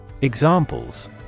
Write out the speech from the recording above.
Examples